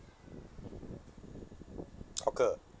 hawker